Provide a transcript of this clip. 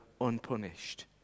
unpunished